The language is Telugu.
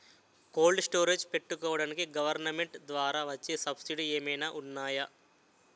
కోల్డ్ స్టోరేజ్ పెట్టుకోడానికి గవర్నమెంట్ ద్వారా వచ్చే సబ్సిడీ ఏమైనా ఉన్నాయా?